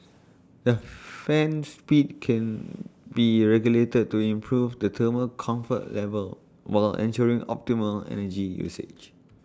the fan speed can be regulated to improve the thermal comfort level while ensuring optimal energy usage